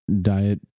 diet